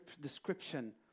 description